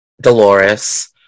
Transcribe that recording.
dolores